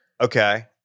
Okay